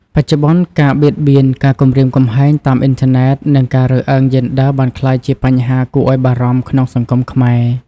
បច្ចុប្បន្ន ការបៀតបៀន ការគំរាមកំហែងតាមអ៊ីនធឺណិត និងការរើសអើងយេនឌ័របានក្លាយជាបញ្ហាគួរឱ្យបារម្ភក្នុងសង្គមខ្មែរ។